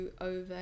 over